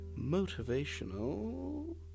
motivational